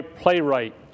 playwright